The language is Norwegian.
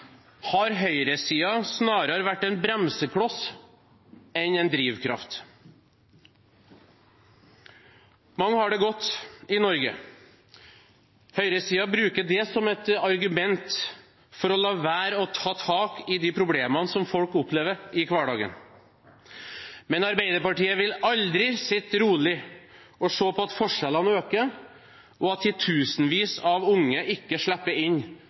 har høyresiden snarere vært en bremsekloss enn en drivkraft. Mange har det godt i Norge. Høyresiden bruker det som et argument for å la være å ta tak i de problemene som folk opplever i hverdagen. Men Arbeiderpartiet vil aldri sitte rolig og se på at forskjellene øker, og at titusenvis av unge ikke slipper inn